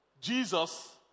Jesus